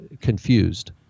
confused